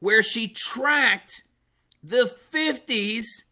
where she tracked the fifty s